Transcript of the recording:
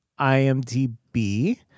IMDb